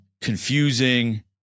confusing